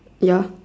ya